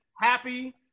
happy